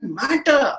matter